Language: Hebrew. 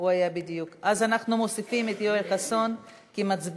הוא היה בדיוק אז אנחנו מוסיפים את יואל חסון כמצביע,